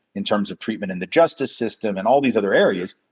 in terms of treatment in the justice system and all these other areas,